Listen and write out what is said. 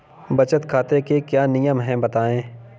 बचत खाते के क्या नियम हैं बताएँ?